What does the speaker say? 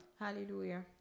Hallelujah